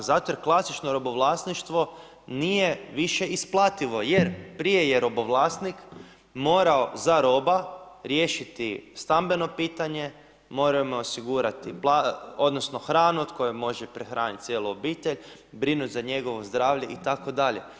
Zato jer klasično robovlasništvo nije više isplativo jer prije je robovlasnik morao za roba riješiti stambenu, morao je osigurati hranu od koje može prehraniti cijelu obitelj, brinut za njegovo zdravlje itd.